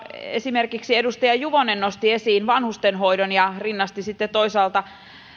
esimerkiksi edustaja juvonen nosti esiin vanhustenhoidon ja rinnasti toisaalta